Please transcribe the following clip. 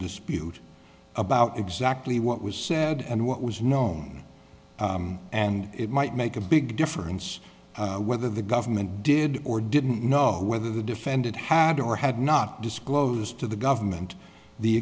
dispute about exactly what was said and what was known and it might make a big difference whether the government did or didn't know whether the defendant had or had not disclosed to the government the